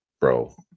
Bro